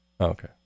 okay